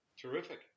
Terrific